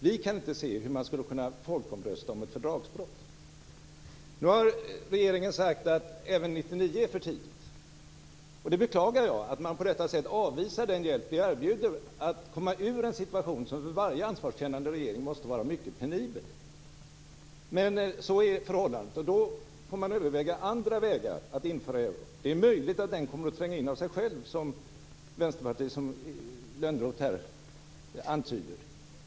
Vi kan inte se hur man skulle kunna folkomrösta om ett fördragsbrott. Nu har regeringen sagt att även 1999 är för tidigt. Jag beklagar att man på detta sätt avvisar den hjälp vi erbjuder för att komma ur en situation som för varje ansvarskännande regering måste vara mycket penibel. Men så är förhållandet. Då får man överväga andra vägar att införa euron. Det är möjligt att den kommer in av sig själv, som Lönnroth från Vänsterpartiet här antyder.